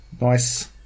Nice